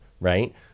right